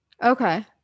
Okay